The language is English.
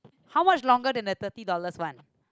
how much longer than the thirty dollars one